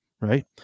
right